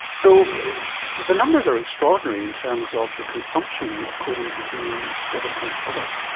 so the numbers are extraordinary in terms of the consumption of codeine-containing over-the-counter products.